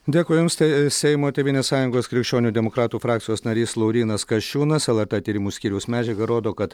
dėkui jums tai seimo tėvynės sąjungos krikščionių demokratų frakcijos narys laurynas kasčiūnas lrt tyrimų skyriaus medžiaga rodo kad